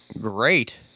great